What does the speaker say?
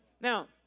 Now